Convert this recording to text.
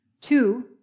Two